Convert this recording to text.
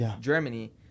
Germany